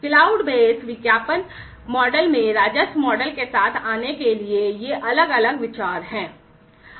क्लाउडबेड व्यवसाय मॉडल में राजस्व मॉडल के साथ आने के लिए ये अलग अलग विचार हैं